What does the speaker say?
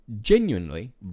genuinely